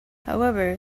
however